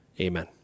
Amen